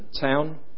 town